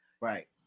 Right